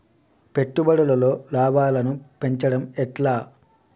పెట్టుబడులలో లాభాలను పెంచడం ఎట్లా?